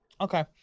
Okay